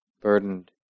burdened